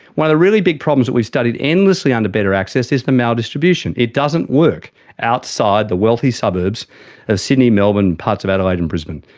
one of the really big problems that we've studied endlessly under better access is the maldistribution, it doesn't work outside the wealthy suburbs of sydney, melbourne, parts of adelaide and brisbane.